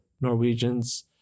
Norwegians